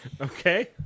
Okay